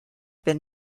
been